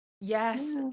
Yes